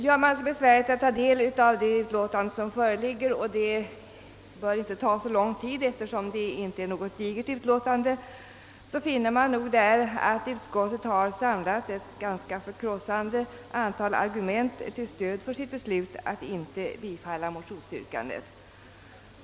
Om man gör sig besväret att ta del av det utlåtande som föreligger, vilket inte bör ta så lång tid, eftersom det inte är så digert, finner man nog att utskottet samlat ett ganska förkrossande antal argument till stöd för sitt beslut att inte tillstyrka motionens yrkande.